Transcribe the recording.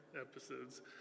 episodes